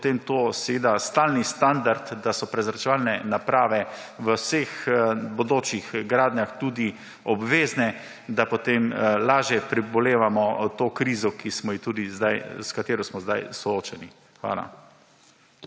potem to seveda stalni standard, da so prezračevalne naprave v vseh bodočih gradnjah tudi obvezne, da potem lažje prebolevamo to krizo, s katero smo zdaj soočeni. Hvala.